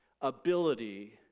ability